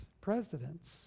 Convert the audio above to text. Presidents